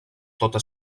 tota